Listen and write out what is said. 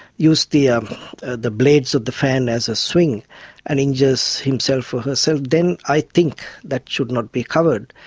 used the um ah the blades of the fan as a swing and injures himself or herself, then i think that should not be covered.